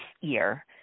year